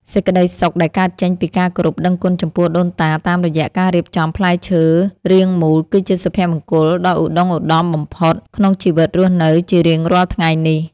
សេចក្តីសុខដែលកើតចេញពីការគោរពដឹងគុណចំពោះដូនតាតាមរយៈការរៀបចំផ្លែឈើរាងមូលគឺជាសុភមង្គលដ៏ឧត្តុង្គឧត្តមបំផុតក្នុងជីវិតរស់នៅជារៀងរាល់ថ្ងៃនេះ។